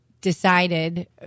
decided